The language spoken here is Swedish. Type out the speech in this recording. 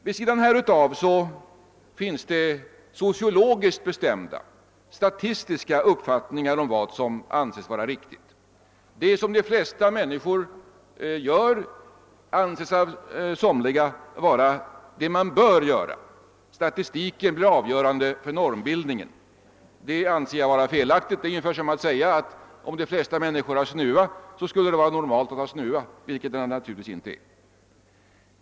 Vid sidan härav finns det sociologiskt bestämda statistiska uppfattningar om vad som anses vara riktigt. Det som de flesta människor gör anses av somliga vara det man bör göra — statistiken är avgörande för normbildningen. Detta anser jag vara felaktigt; det är ungefär som att säga att om de flesta människor har snuva, så skulle det vara normalt att ha snuva, vilket det naturligtvis inte är.